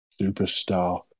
Superstar